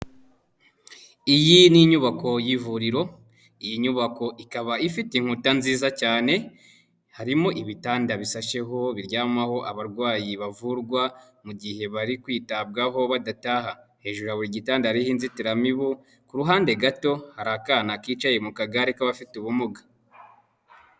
Iyi ni inyubako y'ivuriro iyi nyubako ikaba ifite inkuta nziza cyane. Harimo ibitanda bishashe ho biryamaho abarwayi bavurwa mu gihe bari kwitabwaho badataha. Hejuru ya buri gitandaro hariho inzitiramibu. Ku ruhande gato hari akana kicaye mu kagare k'abafite ubumuga.